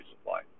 supply